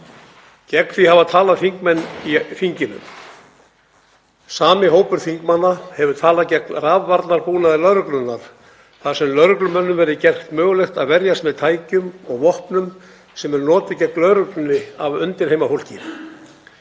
Gegn því hafa talað þingmenn í þinginu. Sami hópur þingmanna hefur talað gegn rafvarnarbúnaði lögreglunnar þar sem lögreglumönnum verði gert mögulegt að verjast með tækjum og vopnum sem eru notuð gegn lögreglunni af undirheimafólki.